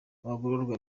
abagororwa